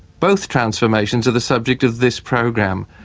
both transformations are the subject of this program.